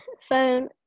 phone